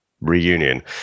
reunion